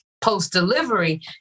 post-delivery